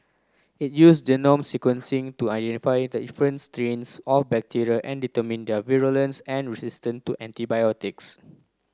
it use genome sequencing to identify the difference strains of bacteria and determine their virulence and resistance to antibiotics